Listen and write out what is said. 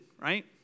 right